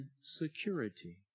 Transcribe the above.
security